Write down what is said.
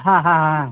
হ্যাঁ হ্যাঁ